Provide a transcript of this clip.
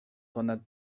ponad